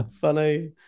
Funny